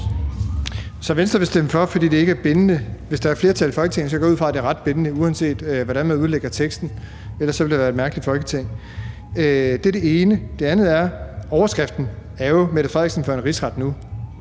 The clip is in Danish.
Så Venstre vil stemme for, fordi det ikke er bindende? Hvis der er et flertal i Folketinget, så går jeg ud fra, at det er ret bindende, uanset hvordan man udlægger teksten, for ellers ville det være et mærkeligt Folketing. Det er det ene. Det andet er, at overskriften jo er »Mette Frederiksen for Rigsretten